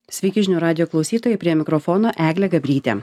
sveiki žinių radijo klausytojai prie mikrofono eglė gabrytė